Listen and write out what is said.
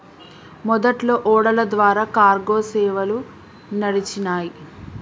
మొదట్లో ఓడల ద్వారా కార్గో సేవలు నడిచినాయ్